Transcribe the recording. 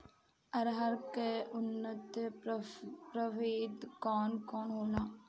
अरहर के उन्नत प्रभेद कौन कौनहोला?